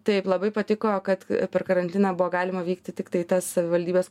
taip labai patiko kad per karantiną buvo galima vykti tiktai į tas savivaldybes